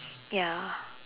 ya